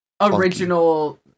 original